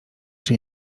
czy